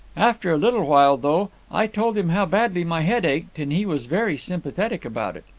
after a little while, though, i told him how badly my head ached, and he was very sympathetic about it.